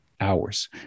hours